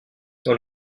dans